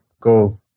go